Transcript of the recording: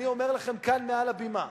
אני אומר לכם כאן, מעל לבימה: